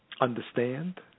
understand